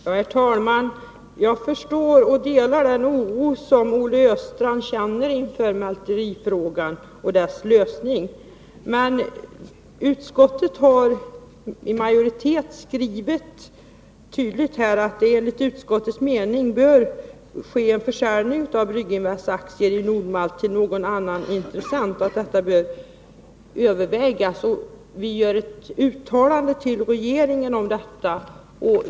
Herr talman! Jag förstår och delar den oro som Olle Östrand känner inför mälterifrågan och dess lösning. Men utskottsmajoriteten har tydligt skrivit att det enligt utskottets mening bör ske en försäljning av AB Brygginvests aktier i Nord-Malt till någon annan intressent och att detta bör övervägas. Vi gör ett uttalande till regeringen om detta.